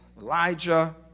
Elijah